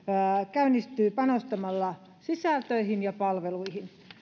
käynnistyy panostamalla sisältöihin ja palveluihin